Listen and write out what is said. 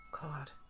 god